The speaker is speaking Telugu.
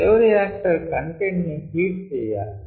బయోరియాక్టర్ కంటెంట్ ని హీట్ చెయ్యాలి